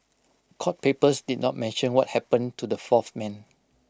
court papers did not mention what happened to the fourth man